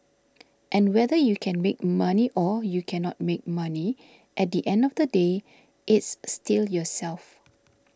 and whether you can make money or you cannot make money at the end of the day it's still yourself